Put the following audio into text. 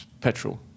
petrol